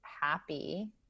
happy